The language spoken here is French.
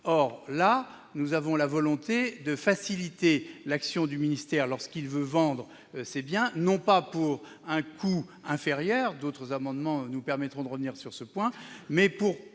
vente. Nous avons la volonté de faciliter l'action du ministère lorsqu'il veut vendre ses biens, non pas pour un coût inférieur- d'autres amendements nous permettront de revenir sur ce point -, mais pour